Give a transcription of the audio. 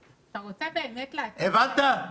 הבנת?